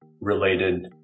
related